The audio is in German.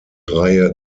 reihe